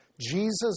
Jesus